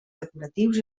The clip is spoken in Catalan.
decoratius